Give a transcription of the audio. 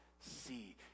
see